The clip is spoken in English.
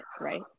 right